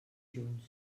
junts